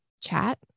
chat